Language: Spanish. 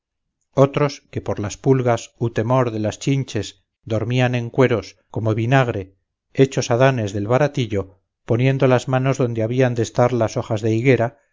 otros que por las pulgas u temor de las chinches dormían en cueros como vinagre hechos adanes del baratillo poniendo las manos donde habían de estar las hojas de higuera